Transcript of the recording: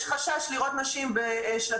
שיש חשש לראות נשים בשלטים,